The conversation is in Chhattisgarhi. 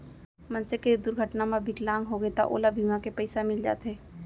मनसे के दुरघटना म बिकलांग होगे त ओला बीमा के पइसा मिल जाथे